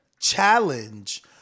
challenge